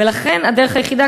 ולכן הדרך היחידה,